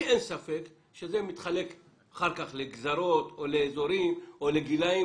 לי אין ספק שזה מתחלק אחר כך לגזרות או לאזורים או לגילאים,